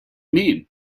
mean